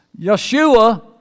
Yeshua